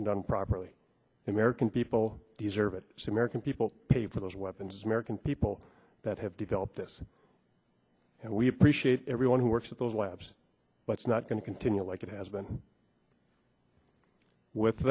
and done properly the american people deserve it see merican people pay for those weapons american people that have developed this and we appreciate everyone who works at those labs but it's not going to continue like it has been with